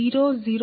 00005 53